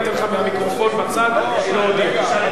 אני אתן לך מהמיקרופון מהצד להודיע.